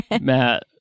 Matt